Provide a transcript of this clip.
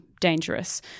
dangerous